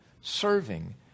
serving